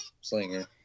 slinger